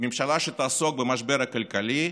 ממשלה שתעסוק במשבר הכלכלי,